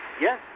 Yes